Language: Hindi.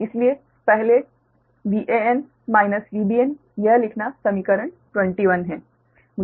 इसलिए पहले Van माइनस Vbn यह लिखना समीकरण 21 है